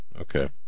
okay